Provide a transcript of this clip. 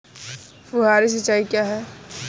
फुहारी सिंचाई क्या है?